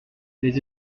les